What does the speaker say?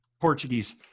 Portuguese